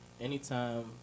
anytime